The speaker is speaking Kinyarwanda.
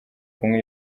kunywa